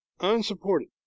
unsupported